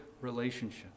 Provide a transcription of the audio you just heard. relationship